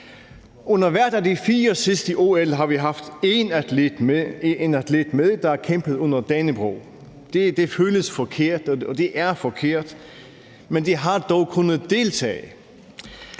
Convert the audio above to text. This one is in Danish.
Under hvert af de fire sidste OL har vi haft en atlet med, der har kæmpet under Dannebrog. Det føles forkert, det er forkert, men de har dog kunnet deltage.